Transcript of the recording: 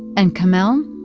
and kamel, um